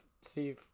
see